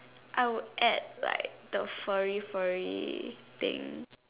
I would add like the furry furry thing